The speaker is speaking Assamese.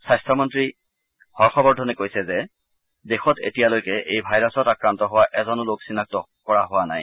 স্বাস্থমন্ত্ৰী হৰ্যবৰ্ধনে কৈছে যে দেশত এতিয়ালৈকে এই ভাইৰাছত আক্ৰান্ত হোৱা এজনো লোক চিনাক্ত কৰা হোৱা নাই